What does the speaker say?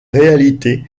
réalité